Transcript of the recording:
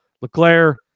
LeClaire